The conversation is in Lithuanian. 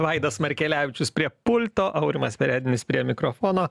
vaidas markelevičius prie pulto aurimas perednis prie mikrofono